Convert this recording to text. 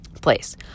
place